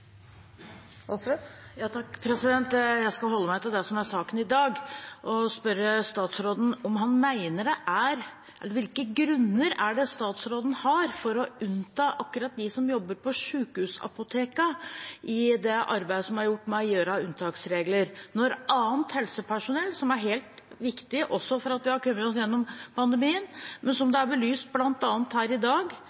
saken i dag, og spørre statsråden om hvilke grunner han har for å unnta akkurat dem som jobber på sjukehusapotekene, i arbeidet som er gjort med unntaksregler, når det er annet helsepersonell som er viktig for at vi har kommet oss gjennom pandemien. Som det er belyst bl.a. her i dag, har vi dessverre ikke hatt mulighet til å høre denne saken, for det har vært ganske kort frist på den, men